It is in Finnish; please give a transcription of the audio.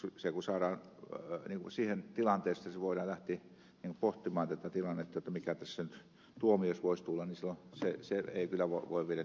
mutta kun se saadaan siihen tilanteeseen että voidaan lähteä pohtimaan mikä tässä nyt tuomioksi voisi tulla niin silloin se ei kyllä voi viedä niin pitkään